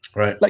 right. like